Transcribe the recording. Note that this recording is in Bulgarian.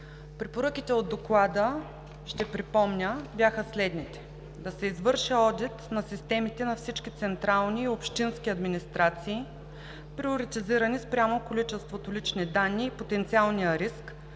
Препоръките от Доклада, ще припомня, бяха следните: да се извърши одит на системите на всички централни и общински администрации, приоритизирани спрямо количеството лични данни и потенциалния риск;